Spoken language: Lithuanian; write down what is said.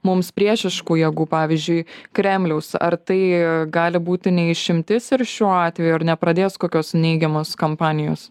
mums priešiškų jėgų pavyzdžiui kremliaus ar tai gali būti ne išimtis ir šiuo atveju ar nepradės kokios neigiamos kampanijos